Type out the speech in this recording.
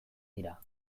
dira